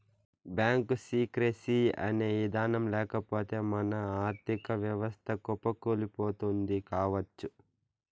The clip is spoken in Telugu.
బ్యాంకు సీక్రెసీ అనే ఇదానం లేకపోతె మన ఆర్ధిక వ్యవస్థ కుప్పకూలిపోతుంది కావచ్చు